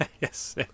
yes